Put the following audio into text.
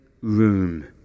room